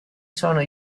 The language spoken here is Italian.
sono